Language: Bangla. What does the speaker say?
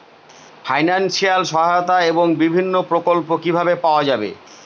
ফাইনান্সিয়াল সহায়তা এবং বিভিন্ন প্রকল্প কিভাবে পাওয়া যাবে?